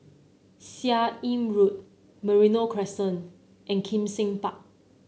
Seah Im Road Merino Crescent and Kim Seng Park